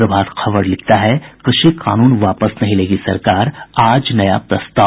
प्रभात खबर लिखता है कृषि कानून वापस नहीं लेगी सरकार आज नया प्रस्ताव